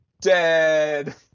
dead